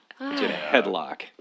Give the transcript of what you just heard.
Headlock